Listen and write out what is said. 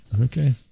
Okay